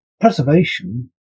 preservation